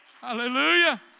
Hallelujah